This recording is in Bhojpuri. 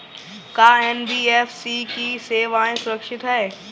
का एन.बी.एफ.सी की सेवायें सुरक्षित है?